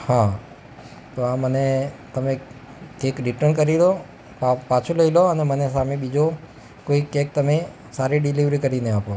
હા તો આ મને તમે કેક રિટર્ન કરી દો અથવા પાછો લઈ લો અને મને સામે બીજો એક કેક તમે સારી ડિલિવરી કરીને આપો